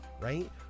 right